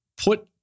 put